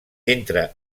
entra